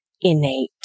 innate